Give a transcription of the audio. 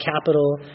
capital